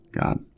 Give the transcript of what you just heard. God